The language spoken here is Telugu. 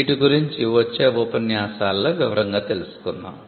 వీటి గురించి వచ్చే ఉపన్యాసాలలో వివరంగా తెలుసుకుందాం